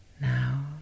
Now